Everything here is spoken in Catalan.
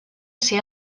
ser